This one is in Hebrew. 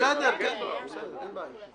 בסדר, אין בעיה.